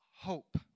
hope